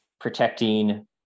protecting